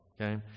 Okay